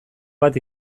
bat